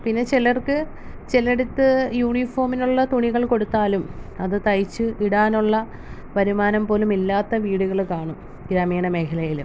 പിന്നെ ചിലർക്ക് ചിലെടുത്ത് യൂണിഫോമിനുള്ള തുണികൾ കൊടുത്താലും അത് തയ്ച്ച് ഇടാനുള്ള വരുമാനം പോലും ഇല്ലാത്ത വീടുകൾ കാണും ഗ്രാമീണമേഖലയിൽ